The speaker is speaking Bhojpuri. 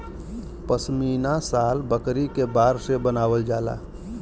पश्मीना शाल बकरी के बार से बनावल जाला